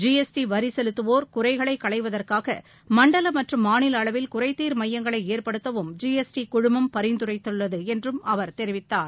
G S T வரி செலுத்துவோர் குறைகளை களைவதற்காக மண்டல மற்றும் மாநில அளவில் குறைத்தீர் எமயங்களை ஏற்படுத்தவும் ஜி எஸ் டி குழுமம் பரிந்துரைத்துள்ளது என்றும் அவர் தெரிவித்தார்